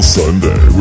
sunday